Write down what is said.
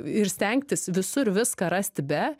ir stengtis visur viską rasti be